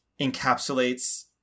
encapsulates